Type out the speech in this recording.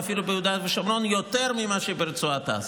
ואפילו ביהודה ושומרון יותר ממה שברצועת עזה.